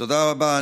תודה רבה.